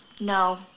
No